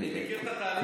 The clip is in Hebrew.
אני מכיר את התהליך.